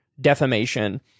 defamation